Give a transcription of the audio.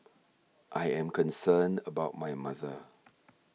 I am concerned about my mother